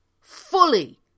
fully